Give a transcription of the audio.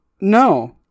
no